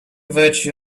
virtue